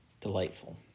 delightful